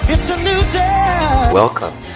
Welcome